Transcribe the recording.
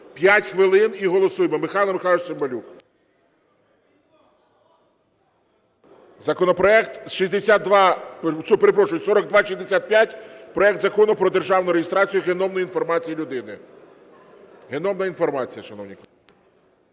5 хвилин – і голосуємо. Михайло Михайлович Цимбалюк. Законопроект… Перепрошую, 4265 – проект Закону про державну реєстрацію геномної інформації людини. Геномна інформація, шановні